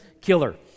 killer